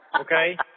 okay